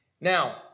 Now